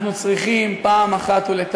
ואם אנחנו לא נשב בגבעות האלה,